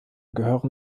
gehören